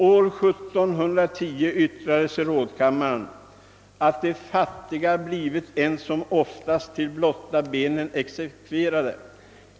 År 1710 yttrade en medlem av rådskammaren att »de fattige blifvit ensomoftast till blotta benen exekverade».